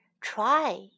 try